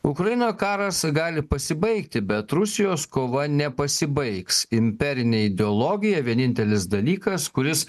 ukrainoj karas gali pasibaigti bet rusijos kova nepasibaigs imperinė ideologija vienintelis dalykas kuris